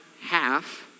half